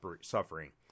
suffering